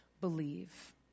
believe